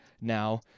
now